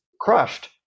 crushed